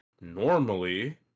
normally